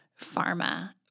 pharma